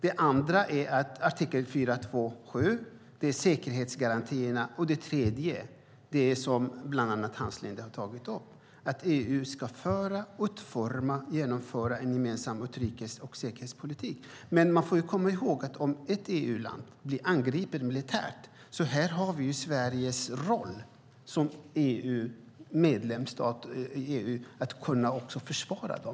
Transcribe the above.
Den andra är artikel 427, säkerhetsgarantierna. Den tredje är den som bland annat Hans Linde har tagit upp. Det gäller att EU ska föra, utforma och genomföra en gemensam säkerhets och utrikespolitik. Man får komma ihåg att om ett EU-land blir angripet militärt är det Sveriges roll som medlemsstat i EU att kunna försvara det.